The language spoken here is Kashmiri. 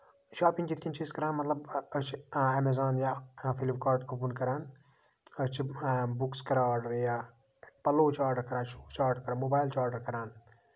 شاپِنگ کِتھ کٔنۍ چھِ أسۍ کران مطلب أسۍ چھِ اٮ۪میزون یا فِلپ کاٹ اوٚپن کران أسۍ چھِ بُکٔس کران آرڈر یا پَلو چھِ آرڈر کران شوٗز چھِ آرڈر کران موبایِل چھِ آرڈر کران